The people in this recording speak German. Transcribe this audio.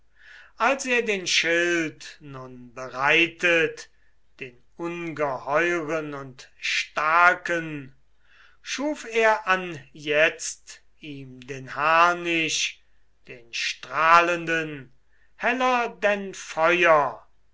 als er den schild nun bereitet den ungeheuren und starken schuf er anjetzt ihm den harnisch den strahlenden heller denn